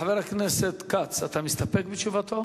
חבר הכנסת כץ, אתה מסתפק בתשובתו?